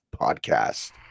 Podcast